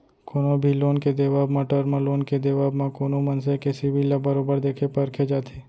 कोनो भी लोन के देवब म, टर्म लोन के देवब म कोनो मनसे के सिविल ल बरोबर देखे परखे जाथे